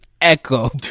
Echo